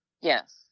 Yes